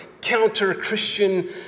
counter-Christian